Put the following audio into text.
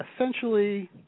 essentially